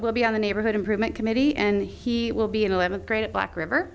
will be on the neighborhood improvement committee and he will be in eleventh grade at black river